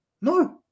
No